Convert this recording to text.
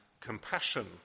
compassion